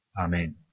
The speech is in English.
Amen